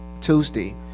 Tuesday